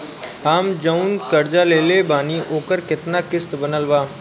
हम जऊन कर्जा लेले बानी ओकर केतना किश्त बनल बा?